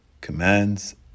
commands